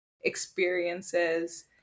experiences